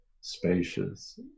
spacious